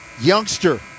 youngster